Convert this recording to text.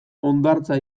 hondartza